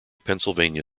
pennsylvania